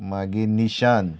मागीर निसान